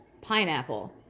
pineapple